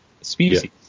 species